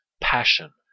Passion